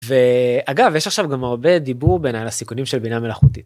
ואגב, יש עכשיו גם הרבה דיבור בעיניי על הסיכונים של בינה מלאכותית.